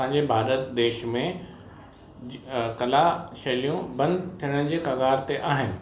पंहिंजे भारत देश में अ कला शेलियूं बंदि थियण जे कग़ार ते आहिनि